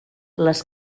les